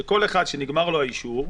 שכל אחד שנגמר לו האישור,